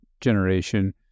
generation